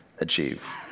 achieve